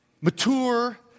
mature